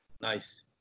nice